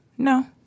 No